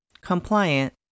compliant